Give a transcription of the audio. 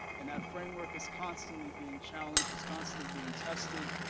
and that framework is constantly being challenged, it's constantly being tested.